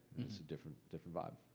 it's a different different vibe.